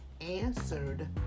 answered